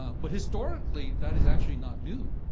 but historically, that is actually not new,